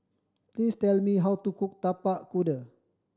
please tell me how to cook Tapak Kuda